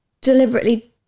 deliberately